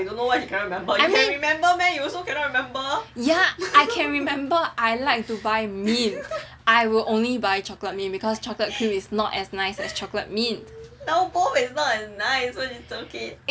I mean ya I can remember I like to buy mint I will only buy chocolate mint because chocolate cream is not as nice as chocolate mint